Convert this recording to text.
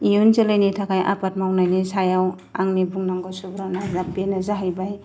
इयुन जोलैनि थाखाय आबाद मावनायनि सायाव आंनि बुंनांगौ सुबुरुना बेनो जाहैबाय